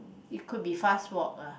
it could be fast walk uh